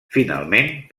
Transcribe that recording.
finalment